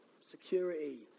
security